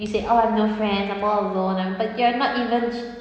said oh I've no friends I'm all alone I'm but you're not even